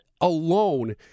alone